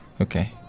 Okay